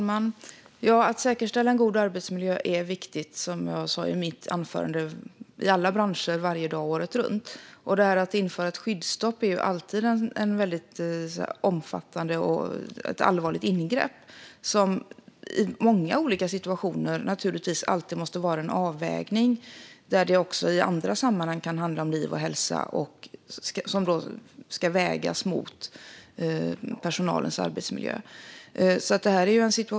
Fru talman! Att säkerställa en god arbetsmiljö är viktigt, som jag sa i mitt anförande, i alla branscher, varje dag och året runt. Att införa ett skyddsstopp är ju alltid ett väldigt allvarligt ingrepp. Också i andra sammanhang där det kan handla om liv och hälsa ska det naturligtvis vägas mot personalens arbetsmiljö.